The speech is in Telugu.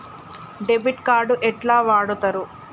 డెబిట్ కార్డు ఎట్లా వాడుతరు?